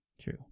True